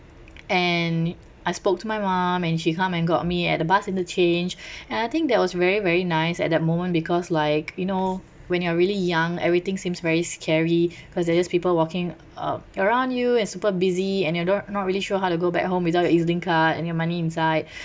and I spoke to my mum and she come and got me at the bus interchange and I think that was very very nice at the moment because like you know when you're really young everything seems very scary cause they're just people walking uh around you and super busy and your don't not really sure how to go back home without your ez-link card and your money inside